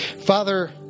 Father